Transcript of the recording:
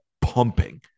pumping